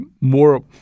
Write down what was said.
more